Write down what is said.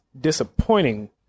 disappointing